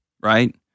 right